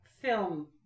film